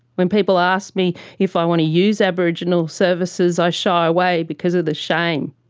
when people ask me if i want to use aboriginal services i shy away because of the shame.